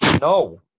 No